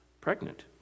pregnant